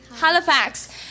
Halifax